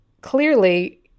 clearly